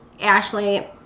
Ashley